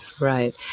right